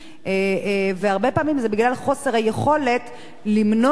והרבה פעמים זה בגלל חוסר היכולת למנוע את זה,